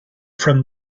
from